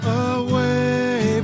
away